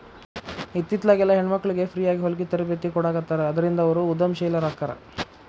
ಇತ್ತಿತ್ಲಾಗೆಲ್ಲಾ ಹೆಣ್ಮಕ್ಳಿಗೆ ಫ್ರೇಯಾಗಿ ಹೊಲ್ಗಿ ತರ್ಬೇತಿ ಕೊಡಾಖತ್ತಾರ ಅದ್ರಿಂದ ಅವ್ರು ಉದಂಶೇಲರಾಕ್ಕಾರ